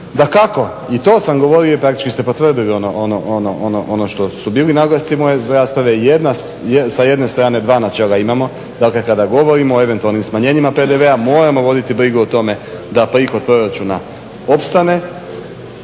Dakako i to sam govorio i praktički ste potvrdili ono što su bili naglasci moje rasprava, sa jedne strane dva načela imamo, dakle kada govorimo o eventualnim smanjenjima PDV-a moramo voditi brigu o tome da prihod proračuna opstane.